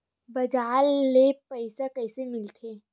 बजार ले पईसा कइसे मिलथे?